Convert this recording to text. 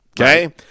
Okay